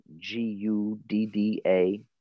g-u-d-d-a